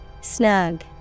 Snug